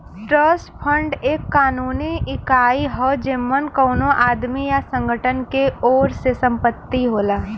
trust fund एक कानूनी इकाई हौ जेमन कउनो आदमी या संगठन के ओर से संपत्ति होला